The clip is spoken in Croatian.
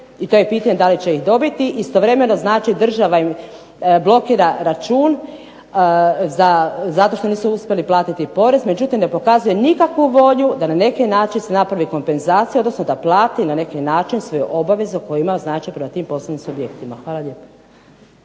i to je pitanje da li će ih dobiti. Istovremeno znači država im blokira račun zato što nisu uspjeli platiti porez, međutim ne pokazuje nikakvu volju da na neki način se napravi kompenzacija, odnosno da plati na neki način svoju obavezu koju ima prema tim poslovnim subjektima. Hvala lijepa.